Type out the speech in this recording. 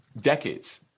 decades